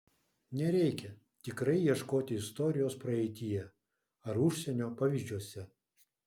nereikia tikrai ieškoti istorijos praeityje ar užsienio pavyzdžiuose